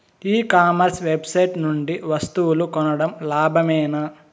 E commerce website నుండి వస్తువులు కొనడం లాభమేనా?